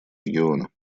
региона